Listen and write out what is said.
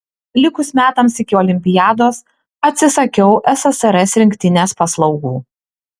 likus metams iki olimpiados atsisakiau ssrs rinktinės paslaugų